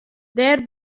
dêr